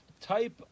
type